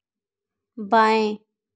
बाएँ